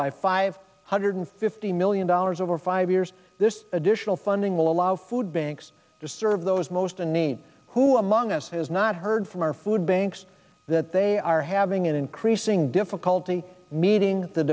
by five hundred fifty million dollars over five years this additional funding will allow food banks to serve those most in need who among us has not heard from our food banks that they are having increasing difficulty meeting the